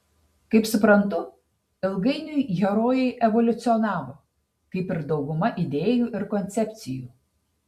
kaip suprantu ilgainiui herojai evoliucionavo kaip ir dauguma idėjų ir koncepcijų